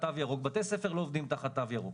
בתי ספר לא עובדים תחת תו ירוק.